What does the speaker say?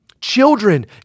children